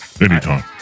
Anytime